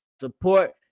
support